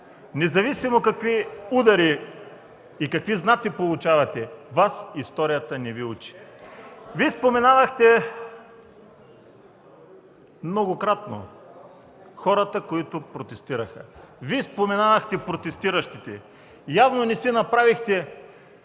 Независимо какви удари и какви знаци получавате, Вас историята не Ви учи. Вие споменавахте многократно хората, които протестираха. Вие споменавахте протестиращите. Явно не си направихте